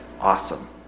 awesome